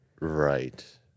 Right